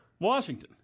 Washington